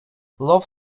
love